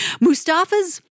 Mustafa's